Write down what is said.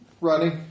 running